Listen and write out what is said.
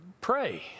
pray